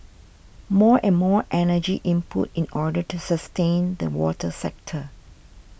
more and more energy input in order to sustain the water sector